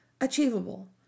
Achievable